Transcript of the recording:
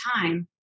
time